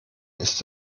ist